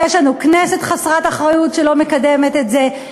יש לנו כנסת חסרת אחריות שלא מקדמת את זה.